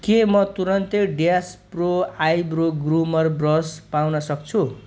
के म तुरुन्तै dash pro eyebrow groomer brush पाउन सक्छु